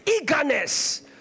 Eagerness